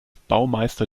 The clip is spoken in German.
baumeister